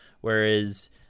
whereas